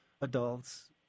adults